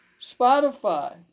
Spotify